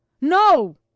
no